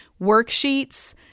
worksheets